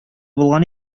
булган